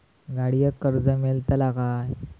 गाडयेक कर्ज मेलतला काय?